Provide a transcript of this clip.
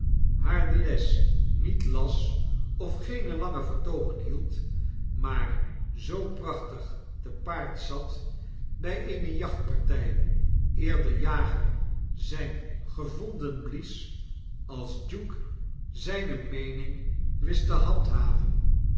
haar de les niet las of geene lange vertoogen hield maar zoo prachtig te paard zat by eene jachtpartij eer de jager zyn w gevonden blies als duke zyne meening wist te handhaven